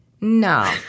No